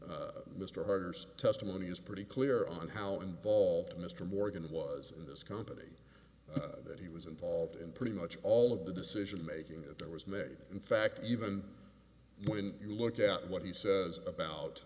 mr herder's testimony is pretty clear on how involved mr morgan was in this company that he was involved in pretty much all of the decision making that there was may in fact even when you look at what he says